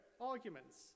arguments